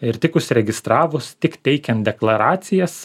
ir tik užsiregistravus tik teikiant deklaracijas